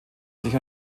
sich